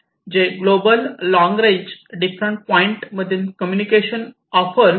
जे global long range different point मधील communication offer करण्यासाठी आहे